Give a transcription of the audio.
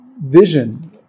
vision